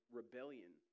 rebellion